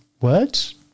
words